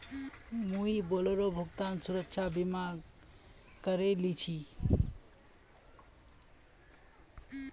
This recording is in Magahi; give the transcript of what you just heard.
मुई बोलेरोर भुगतान सुरक्षा बीमा करवइ लिल छि